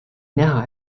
näha